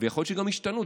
ויכול להיות שגם ישתנו.